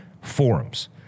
forums